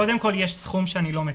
קודם כל, יש סכום שאני לא מקזז.